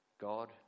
God